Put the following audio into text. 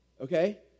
Okay